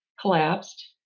collapsed